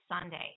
Sunday